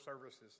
services